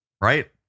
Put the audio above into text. right